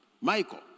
Michael